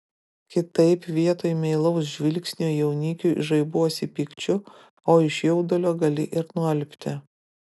kitaip vietoj meilaus žvilgsnio jaunikiui žaibuosi pykčiu o iš jaudulio gali ir nualpti